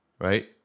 Right